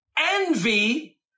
Envy